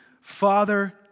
Father